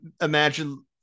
imagine